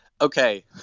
Okay